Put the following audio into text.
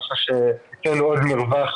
ככה שזה נותן עוד מרווח